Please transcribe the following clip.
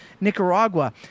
Nicaragua